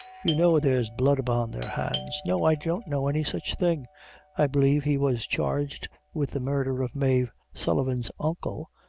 you know there's blood upon their hands. no, i don't know any such thing i believe he was charged with the murder of mave sullivan's uncle,